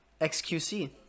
XQC